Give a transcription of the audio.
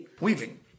Weaving